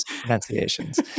pronunciations